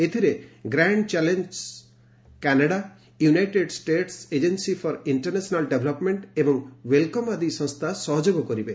ଏଥିରେ grand challenges Canada united state agency for international development ଏବଂ Wellcome ଆଦି ସଂସ୍ଥା ସହଯୋଗ କରିବେ